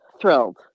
thrilled